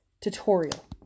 tutorial